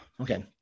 okay